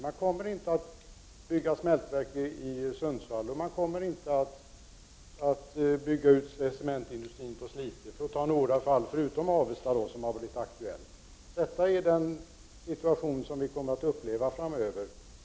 Man kommer inte att bygga smältverk i Sundsvall, och man kommer inte att bygga ut cementindustrin i Slite, för att nämna några exempel förutom Avesta som har varit aktuellt. Detta är den situation som vi kommer att uppleva framöver.